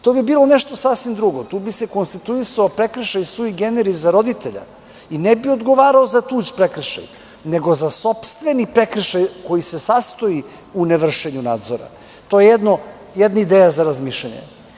To bi bilo nešto sasvim drugo, tu bi se konstituisao prekršaj sui generis za roditelja i ne bi odgovarao za tuđ prekršaj, nego za sopstveni prekršaj koji se sastoji u ne vršenju nadzora, to je jedna ideja za razmišljanje.